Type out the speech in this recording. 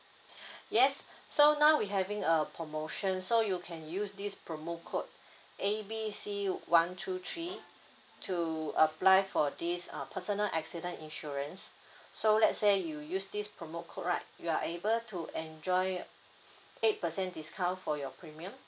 yes so now we having a promotion so you can use this promo code A B C one two three to apply for this uh personal accident insurance so let's say you use this promo code right you are able to enjoy eight percent discount for your premium